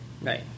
Right